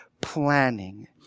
planning